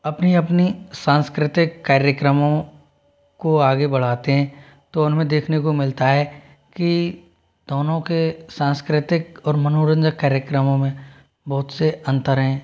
अपने अपने सांस्कृतिक कार्यक्रमों को आगे बढ़ाते हैं तो उन में देखने को मिलता है कि दोनों के सांस्कृतिक और मनोरंजन कार्यक्रमों में बहुत से अंतर हैं